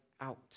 out